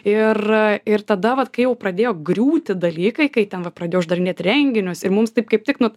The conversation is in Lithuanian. ir ir tada vat kai jau pradėjo griūti dalykai kai ten vat pradėjo uždarinėt renginius ir mums taip kaip tik nu